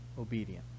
obedient